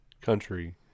country